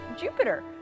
Jupiter